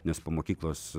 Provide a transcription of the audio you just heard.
nes po mokyklos